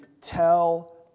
tell